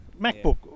MacBook